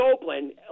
Oakland